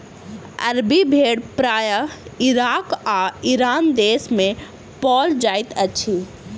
अरबी भेड़ प्रायः इराक आ ईरान देस मे पाओल जाइत अछि